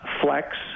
flex